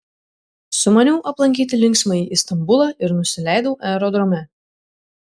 sumaniau aplankyti linksmąjį istambulą ir nusileidau aerodrome